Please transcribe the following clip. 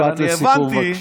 משפט לסיכום, בבקשה.